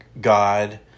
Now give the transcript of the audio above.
god